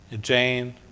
Jane